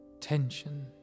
Tension